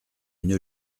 une